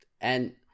And-